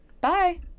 Bye